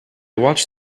watched